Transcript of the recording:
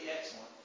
excellent